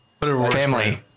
family